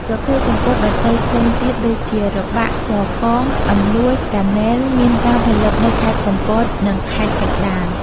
ប្រភេទសំពត់ដ៏ទៃផ្សេងទៀតដូចជា របាក់ ចរកង អន្លូញ កានែល មានការផលិតនៅ ខេត្តកំពត និងខេត្តកណ្តាល។